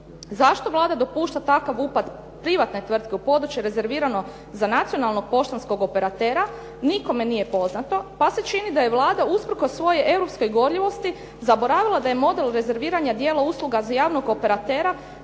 Zašto Vlada dopušta takav upad privatne tvrtke u područje rezervirano za nacionalnog poštanskog operatera nikome nije poznato pa se čini da je Vlada usprkos svojoj europskoj gorljivosti zaboravila da je model rezerviranja dijela usluga za javnog operatera